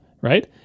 right